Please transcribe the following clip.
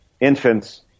infants